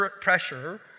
pressure